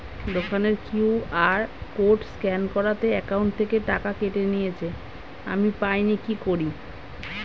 দোকানের QR code scan করাতে account থেকে টাকা কেটে নিয়েছে, আমি পাইনি কি করি?